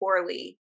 poorly